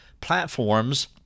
platforms